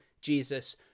jesus